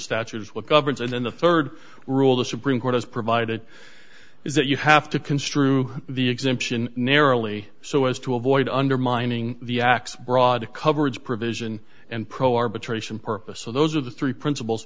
governs and then the rd rule the supreme court has provided is that you have to construe the exemption narrowly so as to avoid undermining the x broad coverage provision and pro arbitration purpose so those are the three principles